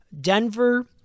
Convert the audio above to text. Denver